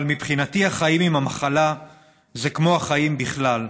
אבל מבחינתי, החיים עם המחלה זה כמו החיים בכלל.